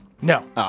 No